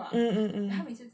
mm